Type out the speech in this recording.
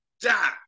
die